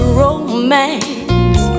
romance